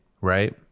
right